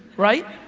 right,